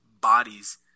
bodies